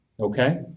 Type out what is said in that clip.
Okay